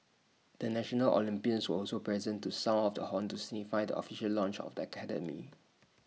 the national Olympians were also present to sound off the horn to signify the official launch of the academy